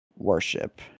worship